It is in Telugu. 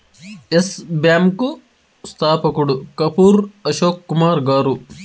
ఎస్ బ్యాంకు స్థాపకుడు కపూర్ అశోక్ కుమార్ గారు